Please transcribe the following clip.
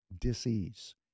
disease